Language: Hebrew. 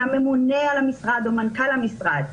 הממונה על המשרד או מנכ"ל המשרד,